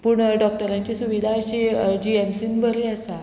पूण डॉक्टरांची सुविधा अशी जी एम सीन बरी आसा